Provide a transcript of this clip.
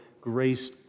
grace